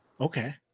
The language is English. okay